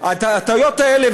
הטעויות האלה,